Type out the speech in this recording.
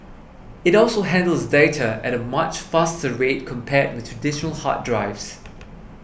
it also handles data at a much faster rate compared with traditional hard drives